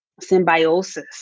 symbiosis